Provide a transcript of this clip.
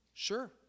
Sure